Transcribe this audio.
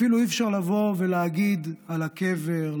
אפילו אי-אפשר לבוא ולהגיד על הקבר,